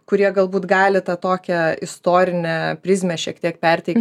kurie galbūt gali tą tokią istorinę prizmę šiek tiek perteikt